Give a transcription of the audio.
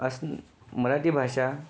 असं मराठी भाषा